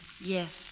Yes